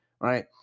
right